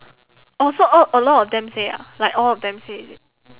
orh so all a lot of them say ah like all of them say is it